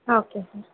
okay sir